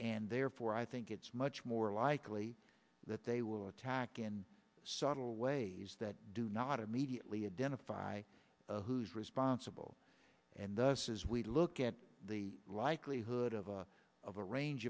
and therefore i think it's much more likely that they will attack in subtle ways that do not immediately identify who's responsible and thus as we look at the likelihood of of a range